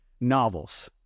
novels